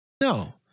No